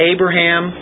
Abraham